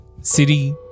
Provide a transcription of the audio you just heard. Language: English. city